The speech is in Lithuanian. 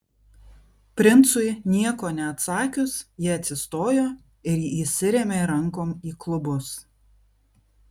princui nieko neatsakius ji atsistojo ir įsirėmė rankom į klubus